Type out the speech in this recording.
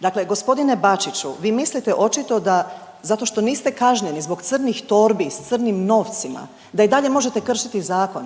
Dakle gospodine Bačiću vi mislite očito da zato što niste kažnjeni zbog crnih torbi s crnim novcima da i dalje možete kršiti zakon.